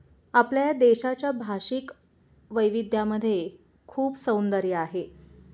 आपल्या या देशाच्या भाषिक वैविध्यामध्ये खूप सौंदर्य आहे